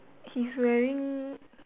he's wearing